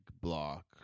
block